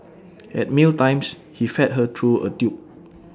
at meal times he fed her through A tube